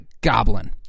Goblin